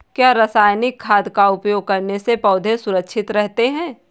क्या रसायनिक खाद का उपयोग करने से पौधे सुरक्षित रहते हैं?